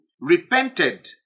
repented